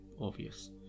obvious